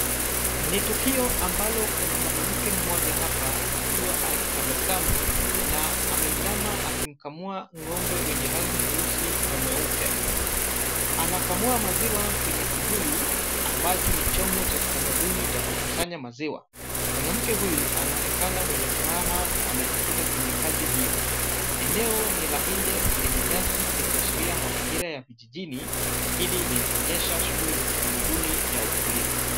Ni tukio ambalo kuna mwanamke mmoja hapa akiwa akitabasamu na ameinama akimkamua ng'ombe wenye rangi weusi na weupe. Anakamua maziwa kwenye kibuyu ambacho ni chombo kitamaduni cha kukusanya maziwa. Mwanamke huyu anaonekana mwenye furaha na amejikita kwenye kazi hiyo. Eneo ni la nje lenye nyasi likiashiria mazingira ya vijijini na hili linaonyesha shughuli za kitamaduni ya ukulima.